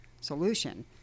solution